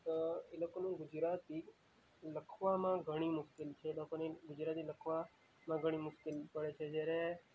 તો એ લોકોને ગુજરાતી લખવામાં ઘણી મુશ્કેલી છે એ લોકોને ગુજરાતી લખવામાં ઘણી મુશ્કેલી પડે છે જ્યારે